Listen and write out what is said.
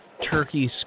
Turkey